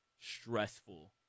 stressful